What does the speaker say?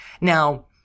Now